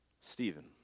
Stephen